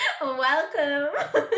welcome